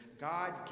God